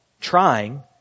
trying